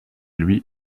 lui